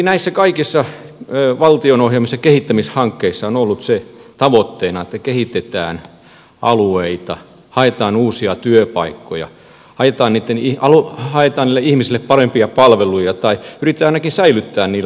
näissä kaikissa valtionohjelmissa ja kehittämishankkeissa on ollut se tavoitteena että kehitetään alueita haetaan uusia työpaikkoja haetaan niille ihmisille parempia palveluja tai yritetään ainakin säilyttää niillä alueilla niitä palveluja